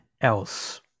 else